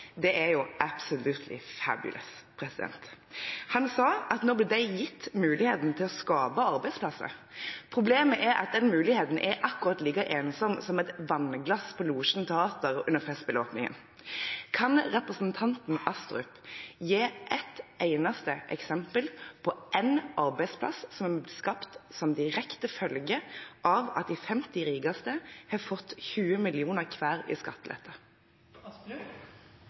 Det er jo «absolutely fabulous». Han sa at nå blir de gitt muligheten til å skape arbeidsplasser. Problemet er at den muligheten er akkurat like ensom som et vannglass på Logen Teater under festspillåpningen. Kan representanten Astrup gi ett eneste eksempel på en arbeidsplass skapt som en direkte følge av at de 50 rikeste har fått 20 mill. kr hver i